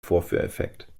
vorführeffekt